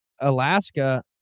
Alaska